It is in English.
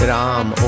Ram